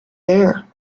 there